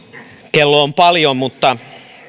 kello on paljon mutta